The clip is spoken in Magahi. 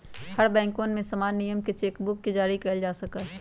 हर बैंकवन में समान नियम से चेक बुक के जारी कइल जा सका हई